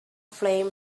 flame